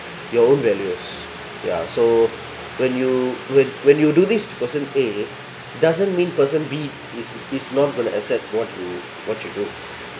your own values ya so when you when when you do this to person A doesn't mean person B is is not will accept what you what you